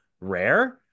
rare